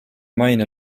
maine